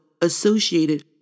associated